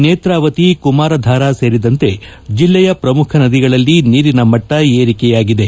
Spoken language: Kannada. ನೇತ್ರಾವತಿ ಕುಮಾರಧಾರಾ ಸೇರಿದಂತೆ ಜಿಲ್ಲೆಯ ಪ್ರಮುಖ ನದಿಗಳಲ್ಲಿ ನೀರಿನ ಮಟ್ಟ ಏರಿಕೆಯಾಗಿದೆ